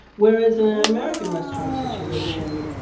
whereas in an american restaurant situation,